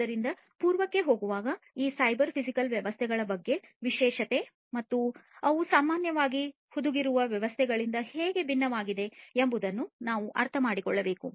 ಆದ್ದರಿಂದ ಪೂರ್ವಕ್ಕೆ ಹೋಗುವಾಗ ಈ ಸೈಬರ್ ಫಿಸಿಕಲ್ ವ್ಯವಸ್ಥೆಗಳ ಬಗ್ಗೆ ವಿಶೇಷತೆ ಮತ್ತು ಅವು ಸಾಮಾನ್ಯವಾಗಿ ಹುದುಗಿರುವ ವ್ಯವಸ್ಥೆಗಳಿಂದ ಹೇಗೆ ಭಿನ್ನವಾಗಿವೆ ಎಂಬುದನ್ನು ನಾವು ಅರ್ಥಮಾಡಿಕೊಳ್ಳಬೇಕು